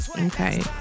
Okay